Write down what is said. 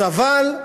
סבל,